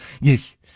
Yes